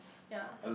ya